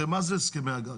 הרי מה זה הסכמי הגג?